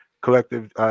Collective